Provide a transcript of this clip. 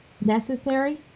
necessary